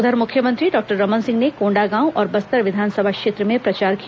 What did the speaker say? उधर मुख्यमंत्री डॉक्टर रमन सिंह ने कोंडागांव और बस्तर विधानसभा क्षेत्र में प्रचार किया